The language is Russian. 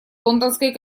лондонской